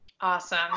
Awesome